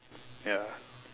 ya